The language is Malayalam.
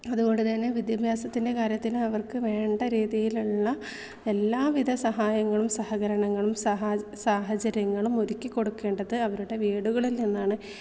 അത് കൊണ്ടു തന്നെ വിദ്യഭ്യാസത്തിൻ്റെ കാര്യത്തിൽ അവർക്ക് വേണ്ട രീതിയിലുള്ള എല്ലാവിധ സഹായങ്ങളും സഹകരണങ്ങളും സഹാജ് സാഹചര്യങ്ങളും ഒരുക്കികൊടുക്കേണ്ടത് അവരുടെ വീടുകളിൽ നിന്നാണ്